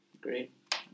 Great